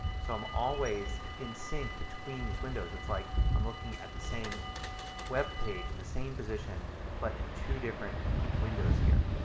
so i'm always in sync between these windows. it's like i'm looking at the same webpage in the same position but in two different windows.